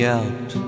out